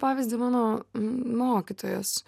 pavyzdį mano mokytojas